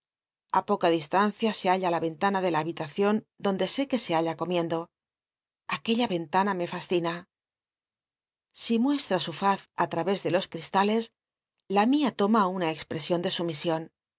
a poca dislancia se halla la ventana de la habitacion donde sé que se halla comiendo aquella ventana me fascina si mucsll n su faz i tra'és de los cri tales la mia loma una expresion de sumisiou